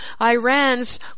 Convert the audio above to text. Iran's